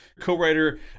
co-writer